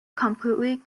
completely